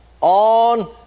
on